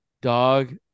dog